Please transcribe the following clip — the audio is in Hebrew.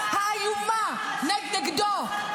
האיומה נגדו,